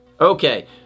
Okay